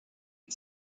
and